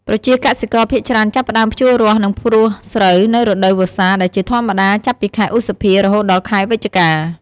ប្រជាកសិករភាគច្រើនចាប់ផ្តើមភ្ជួររាស់ និងព្រួសស្រូវនៅរដូវវស្សា ដែលជាធម្មតាចាប់ពីខែឧសភា រហូតដល់ខែវិច្ឆិកា។